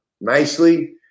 nicely